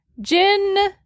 Jin